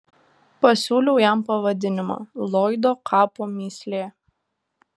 pasiūliau jam pavadinimą lloydo kapo mįslė